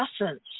essence